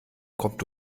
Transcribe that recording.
kommt